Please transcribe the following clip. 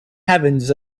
heavens